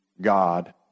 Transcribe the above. God